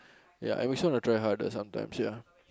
ya it makes you want to try harder sometimes ya